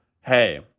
hey